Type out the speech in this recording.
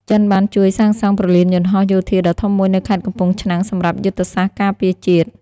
ចិនបានជួយសាងសង់ព្រលានយន្តហោះយោធាដ៏ធំមួយនៅខេត្តកំពង់ឆ្នាំងសម្រាប់យុទ្ធសាស្ត្រការពារជាតិ។